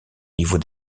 niveau